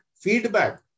feedback